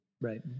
Right